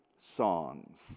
Songs